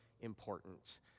important